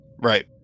Right